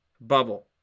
bubble